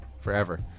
Forever